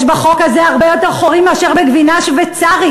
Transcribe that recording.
יש בחוק הזה הרבה יותר חורים מאשר בגבינה שוויצרית.